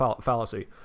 fallacy